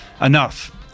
enough